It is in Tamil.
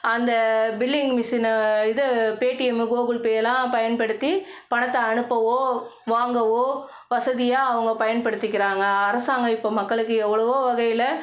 அந்த பில்லிங் மிஷினை இது பேடிஎம்மு கூகுள்பேயலாம் பயன்படுத்தி பணத்தை அனுப்பவோ வாங்கவோ வசதியாக அவங்க பயன்படுத்திக்கிறாங்க அரசாங்கம் இப்போ மக்களுக்கு எவ்வளோவோ வகையில்